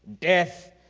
death